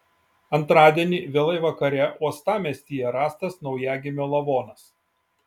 antradienį vėlai vakare uostamiestyje rastas naujagimio lavonas